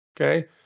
Okay